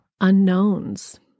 unknowns